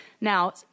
now